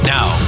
Now